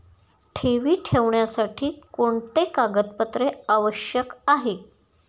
ठेवी ठेवण्यासाठी कोणते कागदपत्रे आवश्यक आहे?